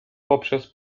poprzez